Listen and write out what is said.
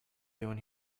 doing